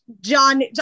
John